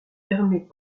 permet